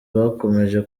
bakomeje